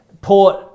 Port